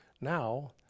Now